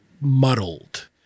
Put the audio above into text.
muddled